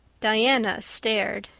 diana stared.